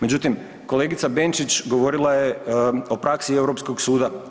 Međutim, kolegica Benčić govorila je o praksi Europskog suda.